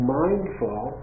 mindful